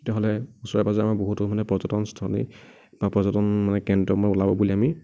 তেতিয়াহ'লে ওচৰে পাঁজৰে আমাৰ বহুতো মানে পৰ্যটনস্থলী বা পৰ্যটন মানে কেন্দ্ৰ ওলাব বুলি আমি